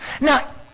Now